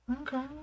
Okay